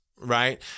right